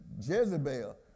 Jezebel